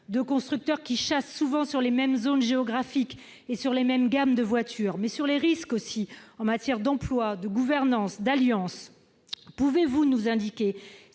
deux constructeurs qui chassent souvent dans les mêmes zones géographiques et sur les mêmes gammes de voiture. Quels sont les risques également en matière d'emploi, de gouvernance et d'alliance ? Pouvez-vous nous indiquer